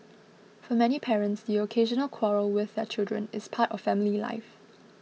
for many parents the occasional quarrel with their children is part of family life